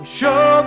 show